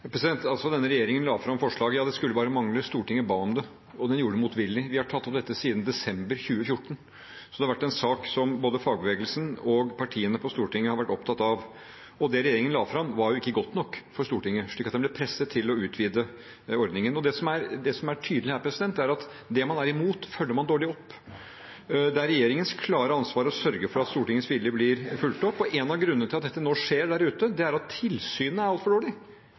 Denne regjeringen la fram forslag – ja, det skulle bare mangle. Stortinget ba om det. Og den gjorde det motvillig. Vi har tatt opp dette siden desember 2014, så det har vært en sak som både fagbevegelsen og partiene på Stortinget har vært opptatt av. Det regjeringen la fram, var ikke godt nok for Stortinget, slik at den ble presset til å utvide ordningen. Det som er tydelig her, er at det man er imot, følger man dårlig opp. Det er regjeringens klare ansvar å sørge for at Stortingets vilje blir fulgt opp. En av grunnene til at dette nå skjer der ute, er at tilsynet er altfor dårlig.